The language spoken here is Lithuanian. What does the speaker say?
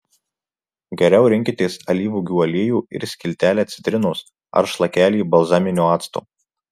geriau rinkitės alyvuogių aliejų ir skiltelę citrinos ar šlakelį balzaminio acto